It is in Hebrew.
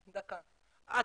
אדוני,